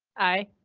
i.